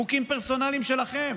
חוקים פרסונליים שלכם,